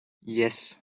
yes